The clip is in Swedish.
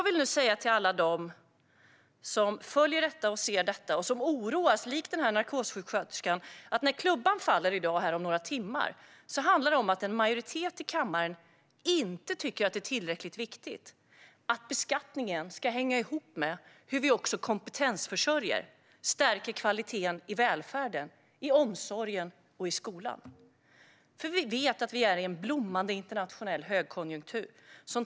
Till alla som följer detta, som ser detta och som likt narkossjuksköterskan är oroliga, vill jag säga att när klubban faller här i kammaren om några timmar handlar det om att en majoritet i kammaren inte tycker att det är tillräckligt viktigt att beskattningen hänger ihop med hur vi kompetensförsörjer och stärker kvaliteten i välfärden - i omsorgen och i skolan. Vi är i en blommande internationell högkonjunktur.